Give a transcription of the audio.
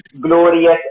glorious